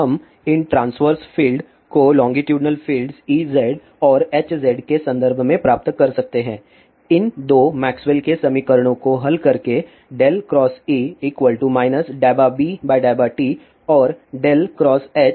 हम इन transverse field को लोंगीटुडनल फ़ील्ड्स Ez और Hz के संदर्भ में प्राप्त कर सकते हैं इन दो मैक्सवेल के समीकरणों Maxwell's equation को हल करके ×E ∂B∂t और ×H∂D∂t